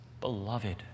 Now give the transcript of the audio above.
Beloved